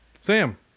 Sam